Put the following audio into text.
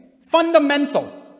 Fundamental